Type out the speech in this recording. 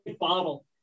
bottle